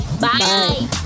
Bye